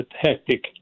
hectic